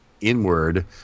inward